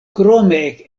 krome